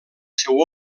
seu